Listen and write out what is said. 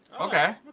Okay